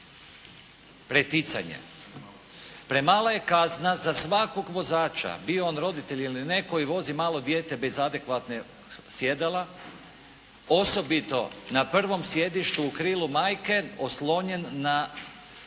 preticanjem. Premala je kazna za svakog vozača bio on roditelj ili ne koji vozi malo dijete bez adekvatnog sjedala osobito na prvom sjedištu u krilu majke oslonjen na